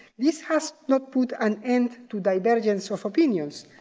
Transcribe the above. this has not put an end to divergence so of opinions.